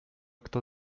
kto